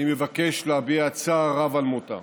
אני מבקש להביע צער רב על מותה.